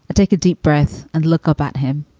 ah take a deep breath and look up at him.